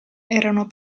erano